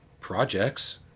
projects